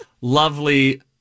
lovely